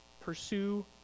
Pursue